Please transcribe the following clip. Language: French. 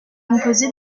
composé